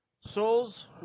Souls